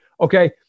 Okay